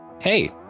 Hey